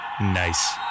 Nice